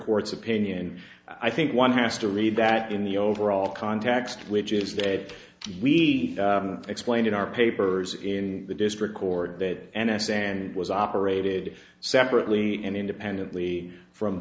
court's opinion and i think one has to read that in the overall context which is that we explained in our papers in the district court that n s a and was operated separately and independently from